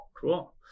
cool